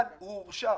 אבל הוא הורשע